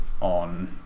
on